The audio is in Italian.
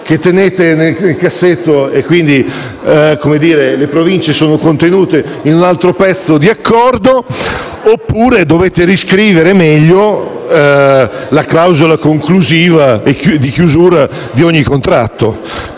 che tenete nel cassetto, e quindi le Province sono contenute in un altro pezzo di accordo; oppure dovete riscrivere meglio la clausola conclusiva di ogni contratto